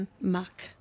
muck